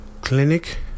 clinic